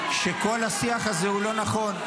שכל השיח הזה הוא לא נכון.